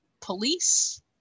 police